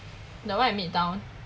the one at midtown